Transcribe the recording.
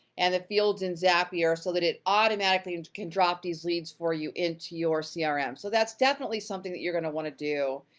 and the fields in zapier so that it automatically and can drop these leads for you into your crm. ah um so, that's definitely something that you're gonna wanna do